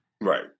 Right